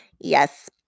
Yes